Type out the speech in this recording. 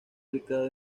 ubicado